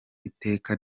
iteka